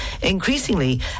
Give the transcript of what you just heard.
Increasingly